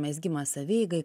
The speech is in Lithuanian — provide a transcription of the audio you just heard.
mezgimas savieigai